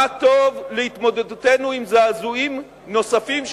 מה טוב להתמודדותנו עם זעזועים נוספים,